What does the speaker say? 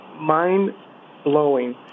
mind-blowing